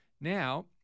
Now